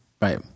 Right